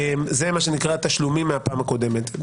זה מה שנקרא תשלומים מהפעם הקודמת.